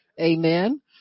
amen